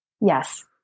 Yes